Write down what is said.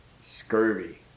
Scurvy